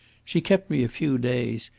she kept me a few days,